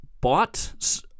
bought